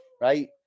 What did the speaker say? right